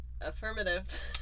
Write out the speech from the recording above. Affirmative